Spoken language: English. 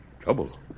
Trouble